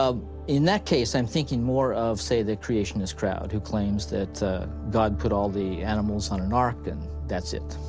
um in that case, i'm thinking more of, say, the creationist crowd, who claims that god put all the animals on an ark, and that's it.